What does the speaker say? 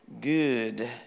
Good